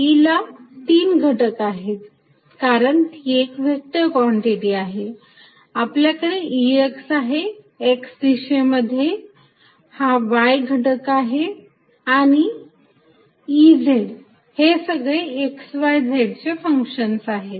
E ला 3 घटक आहेत कारण ती एक व्हेक्टर कॉन्टिटी आहे आपल्याकडे Ex आहे x दिशेमध्ये हा y घटक आणि Ez हे सगळे x y z चे फंक्शन्स आहेत